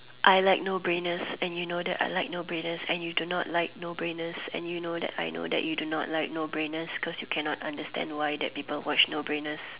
I like no brainers and you know that and you know I like no brainers and you do not like no brainers and you know that I know that you do not like no brainers cause you cannot understand why people watch no brainers